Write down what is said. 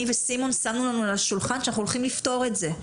וסימון שמנו לנו על השולחן שאנחנו הולכים לפתור את זה.